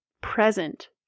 present